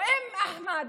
אום אחמד